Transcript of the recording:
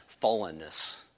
fallenness